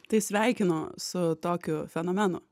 tai sveikinu su tokiu fenomenu